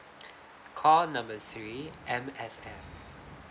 call number three M_S_F